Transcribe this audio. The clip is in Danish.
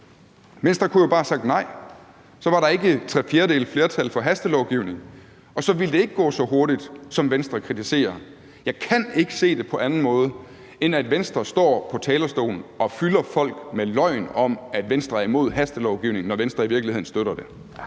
Venstre kunne jo bare have sagt nej. Så var der ikke tre fjerdedeles flertal for hastelovgivning, og så ville det ikke gå så hurtigt, som Venstre kritiserer at det gør. Jeg kan ikke se det på anden måde, end at Venstre står på talerstolen og fylder folk med løgn om, at Venstre er imod hastelovgivning, når Venstre i virkeligheden støtter det.